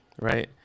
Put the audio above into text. Right